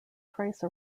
trace